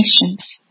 Nations